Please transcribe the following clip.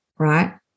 right